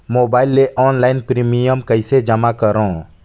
Mobile ले online premium कइसे जमा करों?